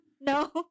No